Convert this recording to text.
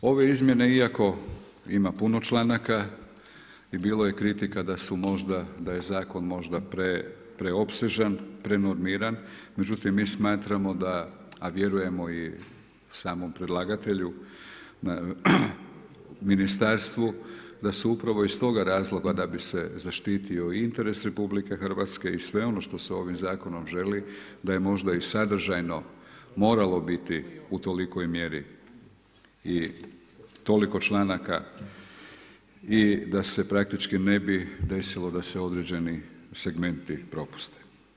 Ove izmjene iako ima puno članaka i bilo je kritika da su možda, da je zakon možda preopsežan, prenormiran, međutim mi smatramo da a vjerujemo i samom predlagatelju ministarstvu da su upravo iz toga razloga da bi se zaštitio interes Republike Hrvatske i sve ono što se ovim zakonom želi da je možda i sadržajno moralo biti u tolikoj mjeri i toliko članaka i da se praktički ne bi desilo da se određeni segmenti propuste.